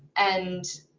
and